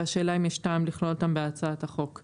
והשאלה היא האם יש טעם לכלול אותם בהצעת החוק?